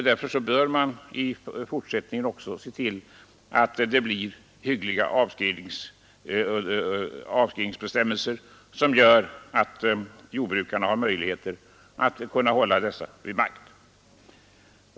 Därför bör man i fortsättningen ha hyggliga avskrivningsbestämmelser, så att jordbrukarna får möjligheter att hålla byggnaderna i stånd.